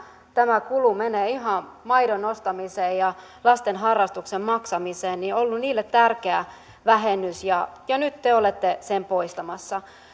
tämä kulu menee ihan maidon ostamiseen ja lasten harrastuksen maksamiseen tärkeä vähennys ja ja nyt te olette sen poistamassa